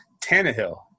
Tannehill